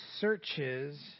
searches